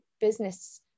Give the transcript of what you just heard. business